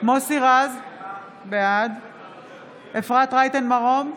מוסי רז, בעד אפרת רייטן מרום,